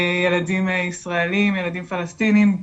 ילדים ישראלים, ילדים פלסטינים,